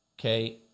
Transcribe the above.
okay